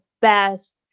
best